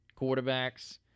quarterbacks